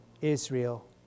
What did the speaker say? Israel